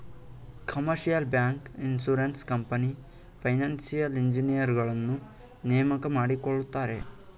commercial bank, insurance company, financial ಇಂಜಿನಿಯರುಗಳನ್ನು ನೇಮಕ ಮಾಡಿಕೊಳ್ಳುತ್ತಾರೆ